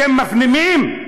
אתם מפנימים?